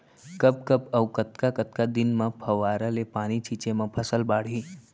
कब कब अऊ कतका कतका दिन म फव्वारा ले पानी छिंचे म फसल बाड़ही?